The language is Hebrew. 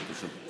בבקשה.